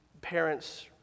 parents